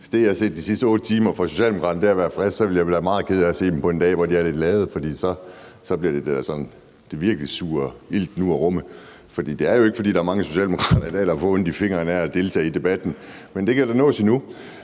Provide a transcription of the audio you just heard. hvis det, jeg har set de sidste 8 timer fra Socialdemokraternes side, er at være frisk, så ville jeg være meget ked af at se dem på en dag, hvor de er lidt lade; så bliver det da sådan, at de virkelig suger ilten ud af rummet. Det er jo ikke, fordi der er mange socialdemokrater her i dag, der får ondt i fingeren af at deltage i debatten. Men det kan da nås endnu.